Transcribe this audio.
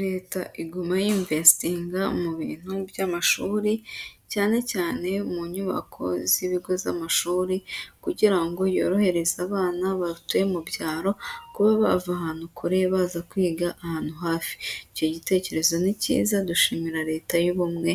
Leta iguma yimvestinga mu bintu by'amashuri, cyane cyane mu nyubako z'ibigo z'amashuri, kugira ngo yorohereze abana batuye mu byaro kuba bava ahantu kure, baza kwiga ahantu hafi. Icyo gitekerezo ni cyiza, dushimira Leta y'ubumwe